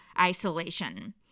isolation